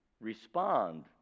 respond